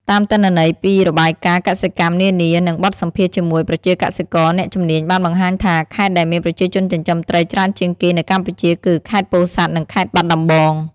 តាមទិន្នន័យពីរបាយការណ៍កសិកម្មនានា និងបទសម្ភាសន៍ជាមួយប្រជាកសិករ អ្នកជំនាញបានបង្ហាញថា ខេត្តដែលមានប្រជាជនចិញ្ចឹមត្រីច្រើនជាងគេនៅកម្ពុជាគឺ ខេត្តពោធិ៍សាត់ និង ខេត្តបាត់ដំបង។